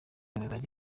imibare